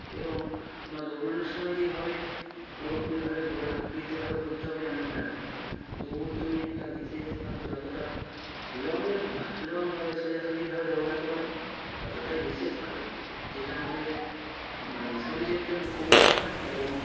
এবং তোমার দৌড়ানোর সময় যেভাবে পুরোপুরিভাবে গোলাকৃতিভাবে ঘুরতে হবে এমনটা নয় দৌড় তুমি একটা বিশেষভাবে যতটা লং লংভাবে সোজাসুজিভাবে দৌড়াতে পারবে ততটাই বিশেষ ভালো যেটা আমাদের মানে শরীরের জন্য খুব উপকার এবং